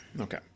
Okay